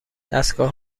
دستگاه